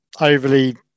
overly